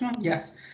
Yes